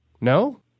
No